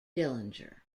dillinger